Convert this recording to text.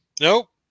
Nope